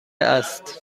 است